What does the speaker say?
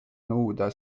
nõuda